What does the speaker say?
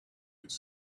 could